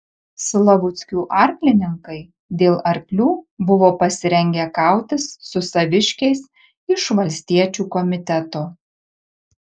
slavuckių arklininkai dėl arklių buvo pasirengę kautis su saviškiais iš valstiečių komiteto